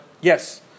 Yes